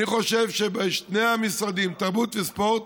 אני חושב שבשני המשרדים, תרבות וספורט,